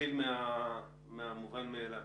נתחיל מהמובן מאליו.